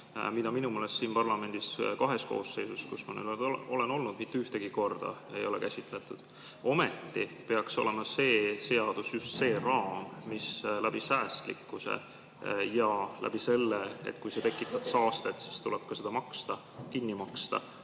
mida minu meelest siin parlamendis kahes koosseisus, kus ma olen olnud, mitte ühtegi korda ei ole käsitletud. Ometi peaks olema see seadus just see raam säästlikkuseks ja selleks, et kui tekitada saastet, siis tuleb see kinni maksta